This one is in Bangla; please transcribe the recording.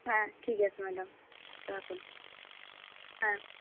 হ্যাঁ ঠিক আছে ম্যাডাম রাখুন হ্যাঁ